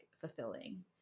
fulfilling